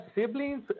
siblings